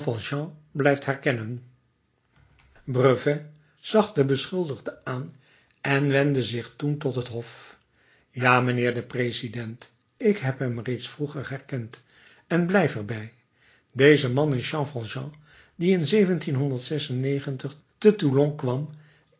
blijft erkennen brevet zag den beschuldigde aan en wendde zich toen tot het hof ja mijnheer de president ik heb hem reeds vroeger herkend en blijf er bij deze man is jean valjean die in te toulon kwam